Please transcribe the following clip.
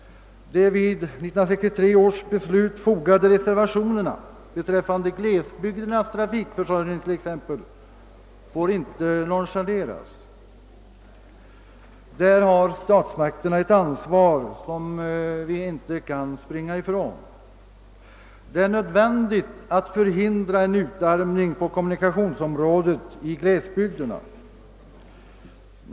De vid 1963 års beslut anmälda reservationerna beträffande glesbygdens trafikförsörjning t.ex. får inte nonchaleras. Därvidlag har statsmakterna ett ansvar som vi inte kan springa ifrån. Det är nödvändigt att förhindra en utarmning på kommunikationsområdet i glesbygderna.